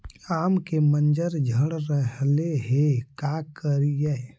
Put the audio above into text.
आम के मंजर झड़ रहले हे का करियै?